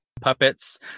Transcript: puppets